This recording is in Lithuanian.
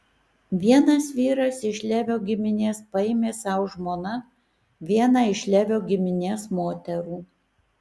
vienas vyras iš levio giminės paėmė sau žmona vieną iš levio giminės moterų